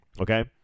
Okay